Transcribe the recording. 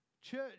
Church